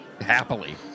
Happily